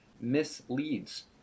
misleads